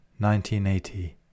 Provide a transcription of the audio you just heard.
1980